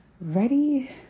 ready